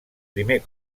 primer